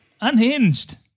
Unhinged